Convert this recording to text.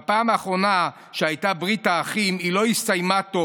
בפעם האחרונה שהייתה ברית האחים היא לא הסתיימה טוב.